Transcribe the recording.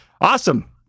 awesome